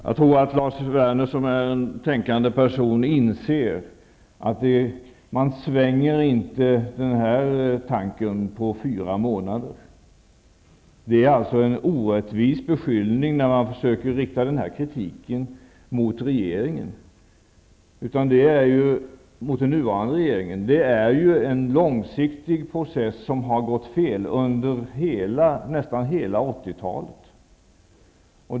Jag tror att Lars Werner som är en tänkande person inser att man inte svänger den här tanken på fyra månader. Det är alltså en orättvis beskyllning när man försöker rikta en sådan kritik mot den nuvarande regeringen. Det är en långsiktig process som har gått fel under nästan hela 80-talet.